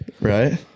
Right